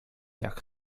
jak